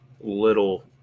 little